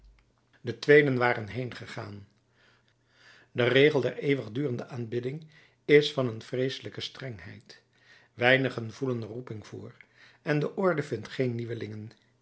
de tweeden waren heengegaan volaverunt de regel der eeuwigdurende aanbidding is van een vreeselijke strengheid weinigen voelen er roeping voor en de orde vindt geen nieuwelingen